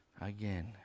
Again